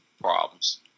problems